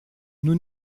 nous